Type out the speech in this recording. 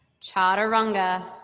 chaturanga